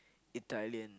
Italian